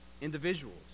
individuals